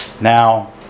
Now